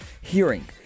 hearing